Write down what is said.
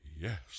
Yes